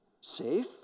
Safe